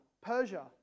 persia